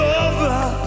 over